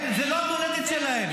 זאת לא המולדת שלהם.